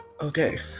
Okay